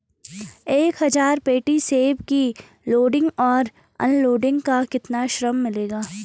एक हज़ार पेटी सेब की लोडिंग और अनलोडिंग का कितना श्रम मिलेगा?